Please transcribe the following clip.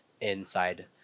inside